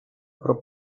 про